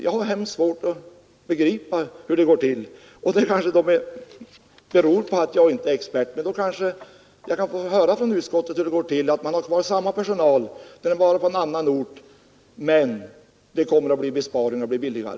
Jag har hemskt svårt att begripa hur det går till, men det kanske beror på att jag inte är expert. Då kan jag få höra av utskottet hur det går till. Man har kvar samma personal men flyttar sedan till en annan ort. Hur kan man på det sättet göra besparingar?